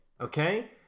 okay